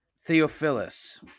Theophilus